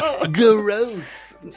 Gross